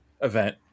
Event